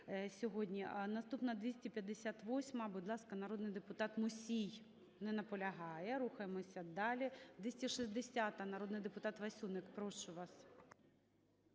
Наступна 258-а. Будь ласка, народний депутат Мусій. Не наполягає. Рухаємося далі. 260-а, народний депутат Васюник. Прошу вас.